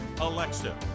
Alexa